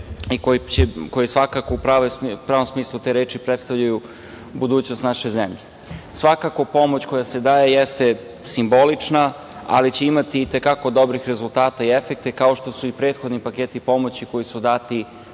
i koje svakako u pravom smislu te reči predstavljaju budućnost naše zemlje. Svakako pomoć koja se daje jeste simbolična, ali će imati i te kako dobrih rezultata i efekte kao što su i prethodni paketi pomoći koji su dati